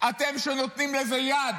אתם שנותנים לזה יד,